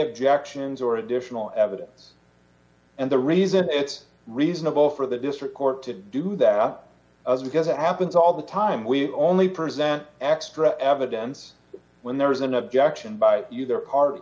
objections or additional evidence and the reason it's reasonable for the district court to do that up because it happens all the time we only present extra evidence when there is an objection by you their car